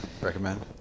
recommend